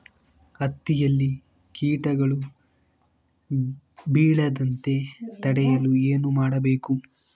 ಹತ್ತಿಯಲ್ಲಿ ಕೇಟಗಳು ಬೇಳದಂತೆ ತಡೆಯಲು ಏನು ಮಾಡಬೇಕು?